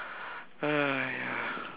!aiya!